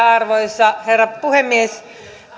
arvoisa herra puhemies